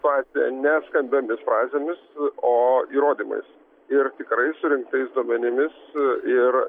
situaciją ne skambiomis frazėmis o įrodymais ir tikrai surinktais duomenimis ir